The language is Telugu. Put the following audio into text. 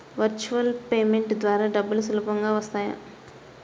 వర్చువల్ పేమెంట్ ద్వారా డబ్బులు సులభంగా వస్తాయా?